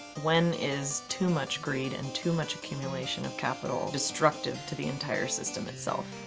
when is too much greed and too much accumulation of capital destructive to the entire system itself?